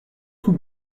tout